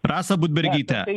rasa budbergyte